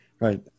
Right